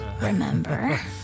remember